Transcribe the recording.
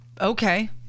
Okay